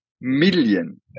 million